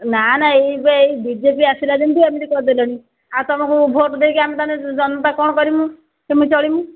ନା ନା ଏଇ ବା ଏଇ ବି ଜେ ପି ଆସିଲା ଦିନଠୁ ଏମିତି କରିଦେଲେଣି ଆଉ ତମକୁ ଭୋଟ୍ ଦେଇକି ଆମେ ତାମାନେ ଜନତା କ'ଣ କରିବୁ କେମିତି ଚଳିବୁ